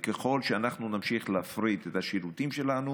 ככל שאנחנו נמשיך להפריט את השירותים שלנו